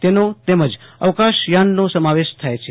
તેનો તેમજ અવકાશ યાનનો સમાવેશ થાય છે